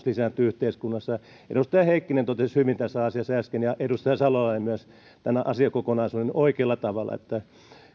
lisääntyy yhteiskunnassa edustaja heikkinen totesi hyvin tässä asiassa äsken ja edustaja salolainen myös tämän asiakokonaisuuden oikealla tavalla